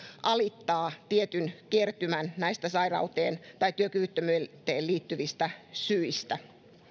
alittaa tietyn kertymän näistä sairauteen tai työkyvyttömyyteen liittyvistä syistä